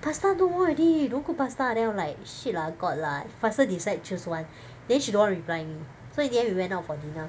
pasta no more already don't cook pasta then I'm like shit lah got lah faster decide choose one then she don't want reply me so in the end we went out for dinner